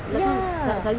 ya